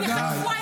אגב,